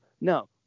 No